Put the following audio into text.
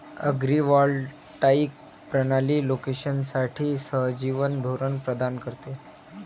agrivoltaic प्रणाली कोलोकेशनसाठी सहजीवन धोरण प्रदान करते